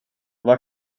vad